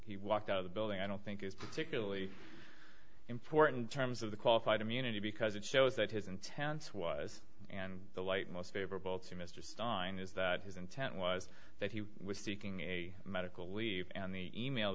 he walked out of the building i don't think is particularly important terms of the qualified immunity because it shows that his intense was and the light most favorable to mr stein is that his intent was that he was seeking a medical leave and the e mail